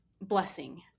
blessing